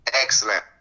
Excellent